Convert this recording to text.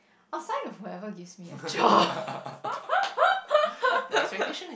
I'll sign with whoever gives me a job